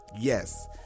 yes